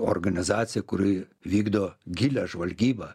organizacija kuri vykdo gilią žvalgybą